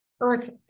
earth